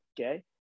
okay